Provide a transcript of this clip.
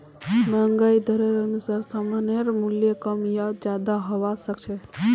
महंगाई दरेर अनुसार सामानेर मूल्य कम या ज्यादा हबा सख छ